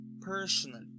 personally